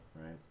right